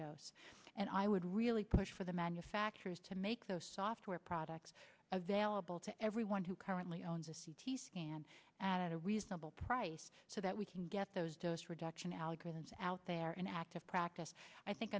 dose and i would really push for the manufacturers to make those software products available to everyone who currently owns a c t scan at a reasonable price so that we can get those dose reduction algorithms out there in active practice i think